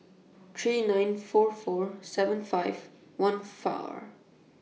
three nine four four seven five one